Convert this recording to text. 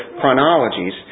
chronologies